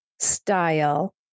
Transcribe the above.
style